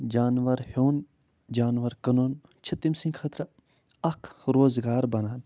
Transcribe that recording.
جانوَر ہیوٚن جانَور کٕنُن چھِ تٔمۍ سٕنٛدۍ خٲطرٕ اَکھ روزٕگار بنان